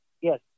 Yes